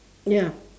ya